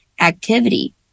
activity